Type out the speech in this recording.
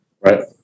right